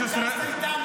נגד.